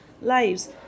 lives